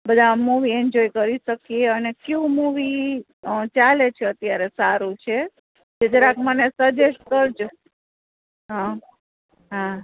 બધા movie enjoy કરી શકીએ અને ક્યું મુવી ચાલે છે અત્યારે સારું છે એ જરાક મને સજેસ કરજો હાં હાં